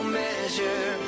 measure